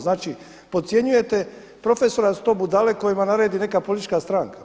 Znači, podcjenjujete profesora da su to budale kojima naredi neka politička stranka.